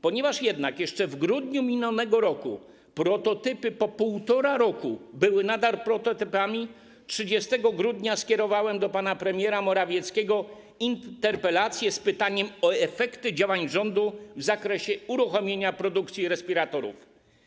Ponieważ jednak jeszcze w grudniu minionego roku prototypy po 1,5 roku były nadal prototypami, 30 grudnia skierowałem do pana premiera Morawieckiego interpelację z pytaniem o efekty działań rządu w zakresie uruchomienia produkcji respiratorów.